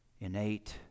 innate